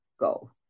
go